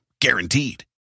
guaranteed